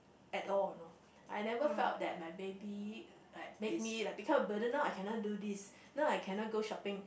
at all you know I never felt that my baby like make me become a burden now I cannot do this now I cannot go shopping